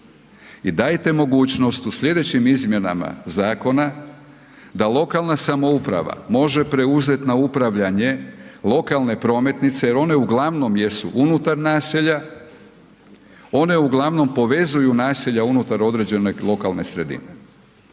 I dajete mogućnost u sljedećim izmjenama zakona da lokalna samouprava može preuzeti na upravljanje lokalne prometnice jel one uglavnom jesu unutar naselja, one uglavnom povezuju naselja unutar određene lokalne sredine.